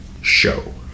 show